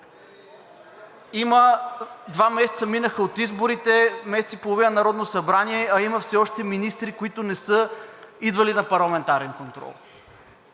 Два месеца минаха от изборите, месец и половина Народно събрание, а има все още министри, които не са идвали на парламентарен контрол.